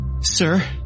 Sir